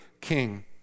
king